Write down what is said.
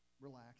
relax